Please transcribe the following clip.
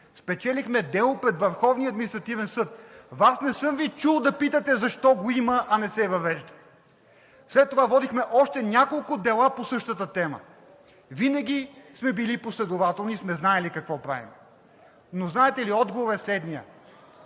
спечелихме делото във Върховния административен съд. Вас не съм Ви чул да питате защо го има, а не се въвежда и след това водихме още няколко дела по същата тема. Винаги сме били последователни и сме знаели какво правим. Но, знаете ли, че отговорът е следният: